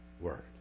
word